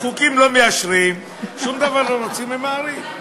חוקים לא מאשרים, שום דבר לא רוצים, ממהרים.